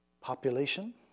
Population